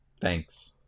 Thanks